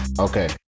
Okay